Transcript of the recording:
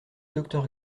docteur